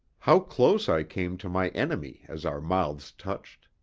how close i came to my enemy as our mouths touched!